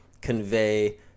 convey